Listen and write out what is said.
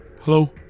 Hello